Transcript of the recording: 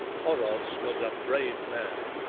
oros was a brave man.